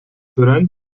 tören